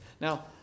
Now